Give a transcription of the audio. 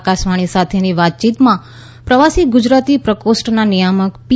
આકાશવાણી સાથેની વાતચીતમાં પ્રવાસી ગુજરાતી પ્રકોષ્ટના નિયામક પી